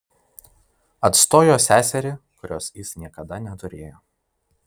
atstojo seserį kurios jis niekada neturėjo